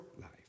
life